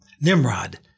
Nimrod